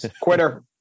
quitter